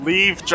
Leave